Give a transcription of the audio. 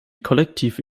kollektive